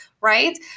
right